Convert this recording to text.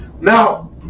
Now